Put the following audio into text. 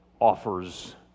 offers